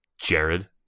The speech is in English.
Jared